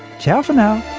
ciao for now!